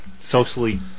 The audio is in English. socially